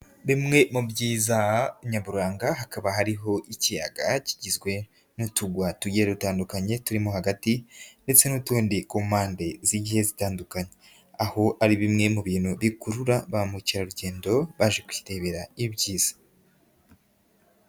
Bimwe mu byiza nyaburanga hakaba harihoyaga kigizwe n'utugwa tugiye dutandukanye turimo hagati ndetse n'utundi ku mpande z'igihe zitandukanye, aho ari bimwe mu bintu bikurura ba mukerarugendo baje kwirebera ibyiza.